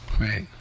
Right